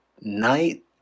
night